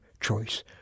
choice